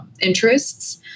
interests